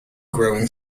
growing